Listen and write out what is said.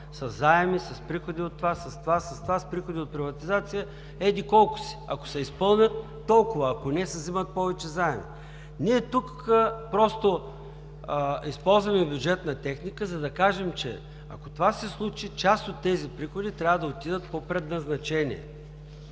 със заеми, с приходи от това, с това, с това, с приходи от приватизация, еди-колко си. Ако се изпълнят – толкова, ако не – се взимат повече заеми. Ние тук просто използваме бюджетна техника, за да кажем, че ако това се случи, част от тези приходи трябва да отидат по предназначение,